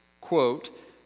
quote